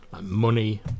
Money